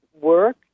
work